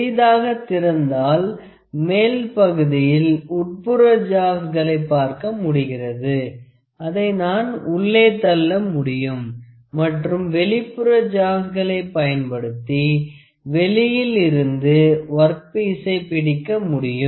சிறிதாக திறந்தாள் மேல் பகுதியில் உட்புற ஜாவ்ஸ்களை பார்க்க முடிகிறது அதை நான் உள்ளே தள்ள முடியும் மற்றும் வெளிப்புற ஜாவ்ஸ்களை பயன்படுத்தி வெளியில் இருந்து ஒர்க்பீசை பிடிக்க முடியும்